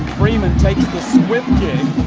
freeman takes the swift kick.